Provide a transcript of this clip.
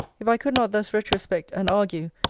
if i could not thus retrospect and argue,